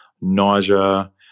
nausea